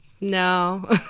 no